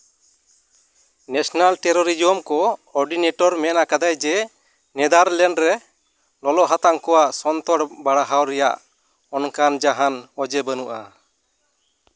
national terrorism ᱠᱚ coordinator ᱢᱮᱱ ᱠᱟᱫᱟᱭ ᱡᱮ ᱱᱮᱫᱟᱨᱞᱮᱱᱰ ᱨᱮ ᱞᱚᱞᱚ ᱦᱟᱛᱟᱝ ᱠᱚᱣᱟᱜ ᱥᱚᱱᱛᱚᱨ ᱵᱟᱲᱦᱟᱣ ᱨᱮᱭᱟᱜ ᱚᱱᱠᱟᱱ ᱡᱟᱦᱟᱱ ᱚᱡᱮ ᱵᱟᱹᱱᱩᱜᱼᱟ